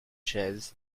chaise